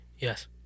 Yes